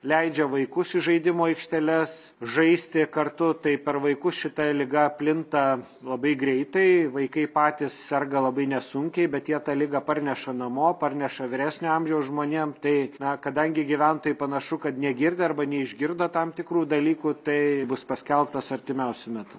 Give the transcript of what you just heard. leidžia vaikus į žaidimų aikšteles žaisti kartu tai per vaikų šita liga plinta labai greitai vaikai patys serga labai nesunkiai bet jie tą ligą parneša namo parneša vyresnio amžiaus žmonėm tai na kadangi gyventojai panašu kad negirdi arba neišgirdo tam tikrų dalykų tai bus paskelbtos artimiausiu metu